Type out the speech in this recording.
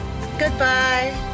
goodbye